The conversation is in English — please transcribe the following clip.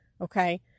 okay